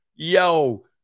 Yo